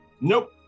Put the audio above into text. nope